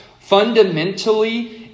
fundamentally